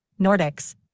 Nordics